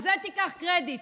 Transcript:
על זה תיקח קרדיט,